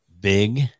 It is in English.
big